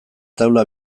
taula